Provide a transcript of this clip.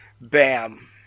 bam